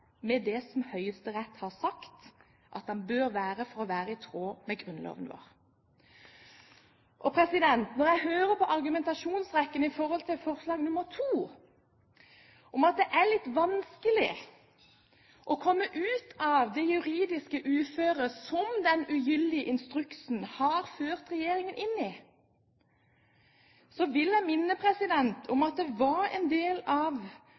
med det Høyesterett har sagt vil være i tråd med Grunnloven. Når jeg hører på argumentasjonsrekken når det gjelder II, om at det er litt vanskelig å komme ut av det juridiske uføre som den ugyldige instruksen har ført regjeringen inn i, vil jeg minne om at det var en del av